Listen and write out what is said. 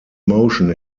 motion